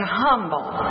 humble